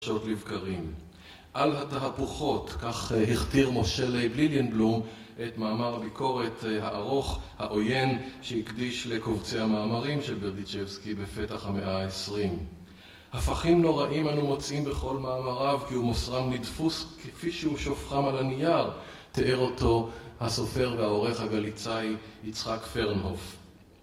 ...חדשות לבקרים. על התהפוכות, כך הכתיר משה לייב לידנבלום את מאמר הביקורת הארוך, העוין, שהקדיש לקובצי המאמרים של ברדיצ'בסקי בפתח המאה העשרים. הפכים נוראים אנו מוצאים בכל מאמריו כי הוא מוסרם לדפוס כפי שהוא שופכם על הנייר, תיאר אותו הסופר והעורך הגליצאי יצחק פרנהוף